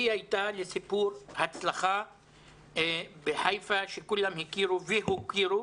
היא הייתה לסיפור הצלחה בחיפה שכולם הכירו והוקירו.